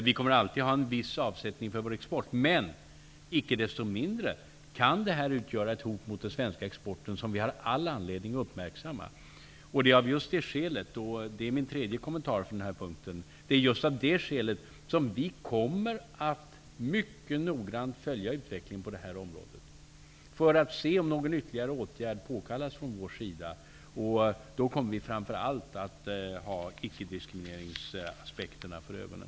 Vi kommer alltid att ha en viss avsättning för vår export, men icke desto mindre kan detta utgöra ett hot mot den svenska exporten, vilket vi har all anledning att uppmärksamma. För det tredje är det av det skälet som vi mycket noggrant kommer att följa utvecklingen på det här området, för att se om någon ytterligare åtgärd påkallas från vår sida. Då kommer vi framför allt att ha ickediskrimineringsaspekterna för ögonen.